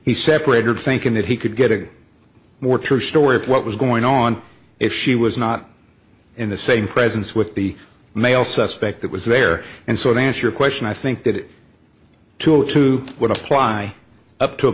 he separated thinking that he could get a more true story of what was going on if she was not in the same presence with the male suspect that was there and saw the answer question i think that too it too would apply up to a